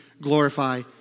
glorify